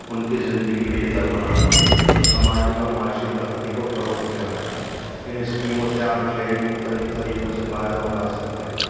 ان کی زندگی بہتر بنانا اور سماجی و معاشی ترقی کو فروغ دینا ہے ان اسکیموں سے عام شہری مختلف طریقوں سے فائدہ اٹھا سکتے ہیں